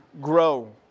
grow